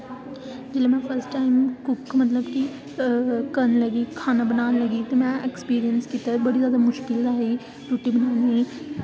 जेल्लै में first time cook मतलब की करने दी खाना बनाने दी में एक्सपीरियंस कीते दा बड़ी जादा मुश्कल होआ दी रुट्टी बनांदे